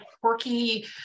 quirky